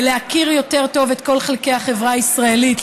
להכיר יותר טוב את כל חלקי החברה הישראלית,